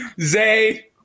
Zay